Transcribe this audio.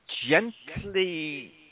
gently